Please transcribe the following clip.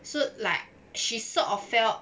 so like she sort of felt